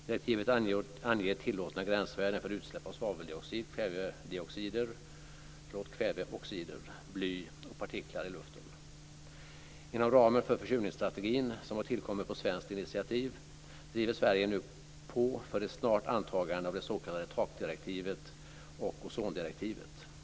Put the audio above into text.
Direktivet anger tillåtna gränsvärden för utsläpp av svaveldioxid, kvävedioxider, bly och partiklar i luften. Inom ramen för försurningsstrategin, som har tillkommit på svenskt initiativ, driver Sverige nu på för ett snart antagande av det s.k. takdirektivet och ozondirektivet.